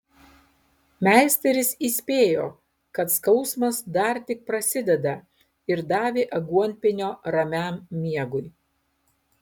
meisteris įspėjo kad skausmas dar tik prasideda ir davė aguonpienio ramiam miegui